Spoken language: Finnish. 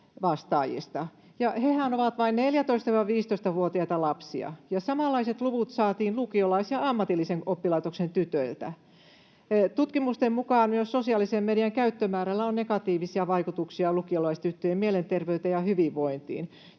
ovat vain 14—15-vuotiaita lapsia. Ja samanlaiset luvut saatiin lukiolais- ja ammatillisen oppilaitoksen tytöiltä. Tutkimusten mukaan myös sosiaalisen median käyttömäärällä on negatiivisia vaikutuksia lukiolaistyttöjen mielenterveyteen ja hyvinvointiin.